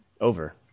Over